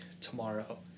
tomorrow